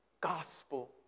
gospel